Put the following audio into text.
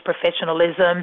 professionalism